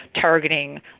targeting